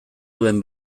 duen